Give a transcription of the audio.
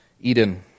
Eden